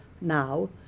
now